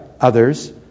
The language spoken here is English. others